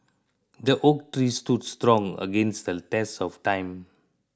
the oak tree stood strong against the test of time